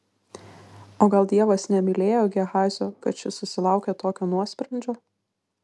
o gal dievas nemylėjo gehazio kad šis susilaukė tokio nuosprendžio